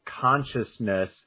consciousness